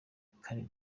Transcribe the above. kandi